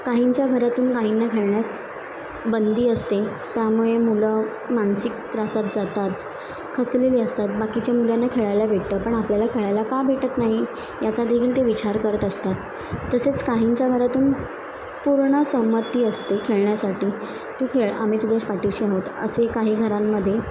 काहींच्या घरातून काहींना खेळण्यास बंदी असते त्यामुळे मुलं मानसिक त्रासात जातात खचलेली असतात बाकीच्या मुलांना खेळायला भेटतं पण आपल्याला खेळायला का भेटत नाही याचा देखील ते विचार करत असतात तसेच काहींच्या घरातून पूर्ण सहमती असते खेळण्यासाठी तू खेळ आम्ही तुझ्या पाठीशी आहोत असे काही घरांमध्ये